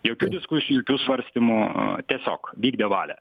jokių diskusijų jokių svarstymų tiesiog vykdė valią